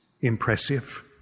impressive